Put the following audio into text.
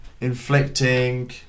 Inflicting